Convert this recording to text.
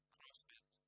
Crossfit